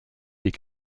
des